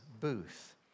booth